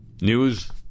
News